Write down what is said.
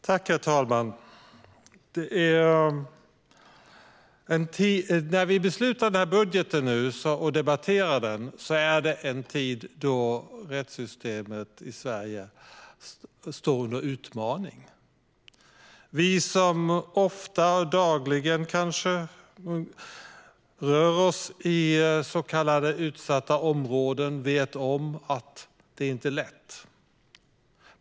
Herr talman! Vi debatterar och ska besluta om den här budgeten i en tid då rättssystemet i Sverige står inför en utmaning. Vi som kanske dagligen rör oss i så kallade utsatta områden vet att det inte är lätt.